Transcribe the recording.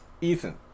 Ethan